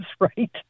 right